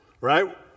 Right